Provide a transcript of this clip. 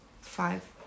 Five